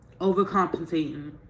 overcompensating